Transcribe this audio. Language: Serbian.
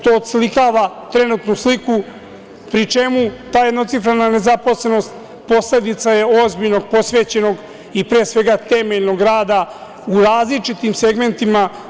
To oslikava trenutnu sliku, pri čemu je ta jednocifrena nezaposlenost posledica ozbiljnog, posvećenog i temeljnog rada u različitim segmentima.